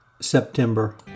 September